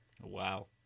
Wow